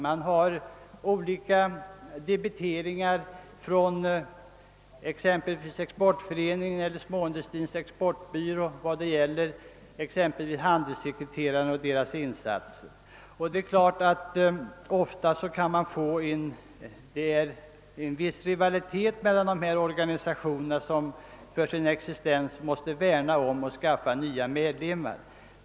Man har olika debiteringar från exempelvis Exportföreningen och Småindustrins exportbyrå vad gäller handelssekreterarna och deras insatser. Ofta kan det bli en viss rivalitet mellan dessa organisationer, som för sin existens måste skaffa nya medlemmar.